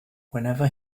whenever